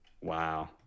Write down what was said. Wow